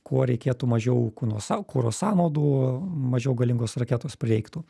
kuo reikėtų mažiau kūno sa kuro sąnaudų mažiau galingos raketos prireiktų